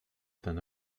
ten